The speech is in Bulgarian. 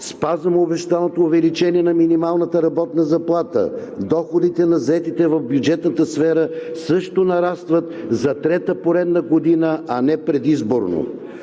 Спазваме обещаното увеличение на минималната работна заплата, доходите на заетите в бюджетната сфера също нарастват за трета поредна година, а не предизборно.